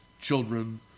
children